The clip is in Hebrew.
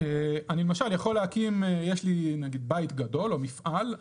למשל אני יכול להקים או יש לי לדוגמה בית גדול או מפעל,